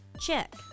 check